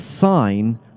sign